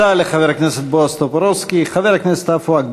להסתובב מחוץ לבית ללא ליווי של